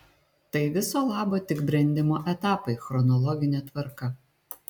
tai viso labo tik brendimo etapai chronologine tvarka